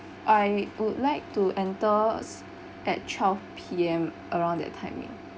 I would like to enter at twelve P_M around that timing